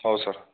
हो सर